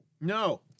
no